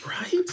Right